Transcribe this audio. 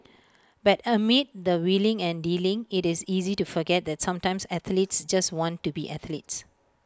but amid the wheeling and dealing IT is easy to forget that sometimes athletes just want to be athletes